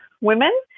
women